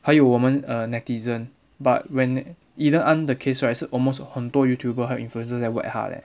还有我们 uh netizen but when eden ang 的 case right 是 almost 很多 youtuber 还有 influencers 在 whack 他 eh